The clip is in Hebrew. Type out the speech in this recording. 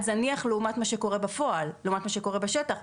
זניח לעומת מה שקורה בפועל ולעומת מה שקורה בשטח.